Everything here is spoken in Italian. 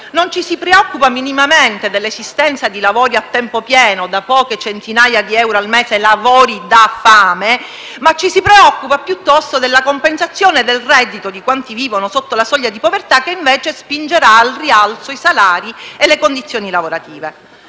non ci si preoccupa minimamente dell'esistenza di lavori a tempo pieno da poche centinaia di euro al mese, lavori da fame, ma ci si preoccupa piuttosto della compensazione del reddito di quanti vivono sotto la soglia di povertà, che invece spingerà al rialzo i salari e le condizioni lavorative.